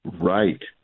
Right